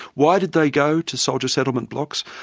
why did they go to soldier settlement blocks?